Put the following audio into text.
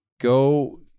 Go